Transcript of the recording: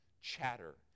chatter